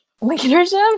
Leadership